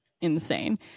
insane